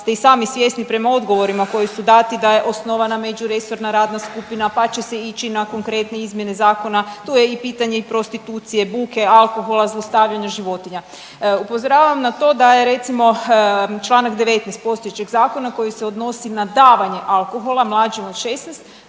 ste i sami svjesni prema odgovorima koji su dati da je osnovana međuresorna radna skupina, pa će se ići na konkretne izmjene zakona, tu je i pitanje i prostitucije, buke, alkohola i zlostavljanja životinja. Upozoravam na to da je recimo čl. 19. postojećeg zakona koji se odnosi na davanje alkohola mlađim od 16.